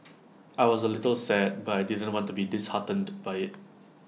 I was A little sad but I didn't want to be disheartened by IT